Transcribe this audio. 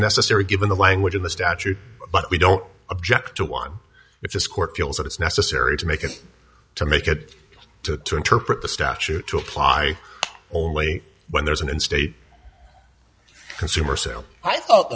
necessary given the language in the statute but we don't object to one if this court feels that it's necessary to make it to make it to interpret the statute to apply only when there's an in state consumer sale i thought